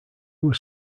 was